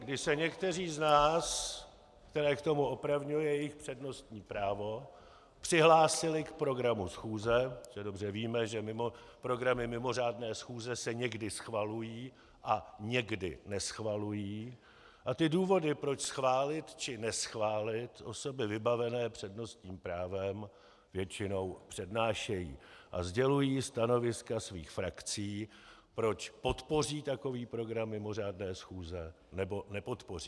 Kdy se někteří z nás, které k tomu opravňuje jejich přednostní právo, přihlásili k programu schůze, protože dobře víme, že programy mimořádné schůze se někdy schvalují a někdy neschvalují, a ty důvody, proč schválit či neschválit, osoby vybavené přednostním právem většinou přednášejí a sdělují stanoviska svých frakcí, proč podpoří takový program mimořádné schůze, nebo nepodpoří.